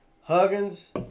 Huggins